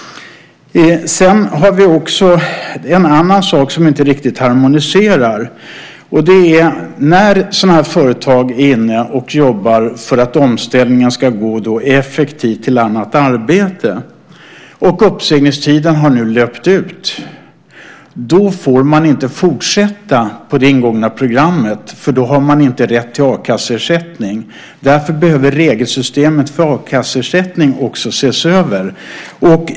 Vi har också en annan sak som inte riktigt harmoniserar. Det är när företag är inne och jobbar för att omställningen till annat arbete ska gå effektivt och uppsägningstiden har löpt ut. Då får man inte fortsätta på det ingångna programmet, för då har man inte rätt till a-kasseersättning. Därför behöver regelsystemet för a-kasseersättning också ses över.